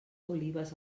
olives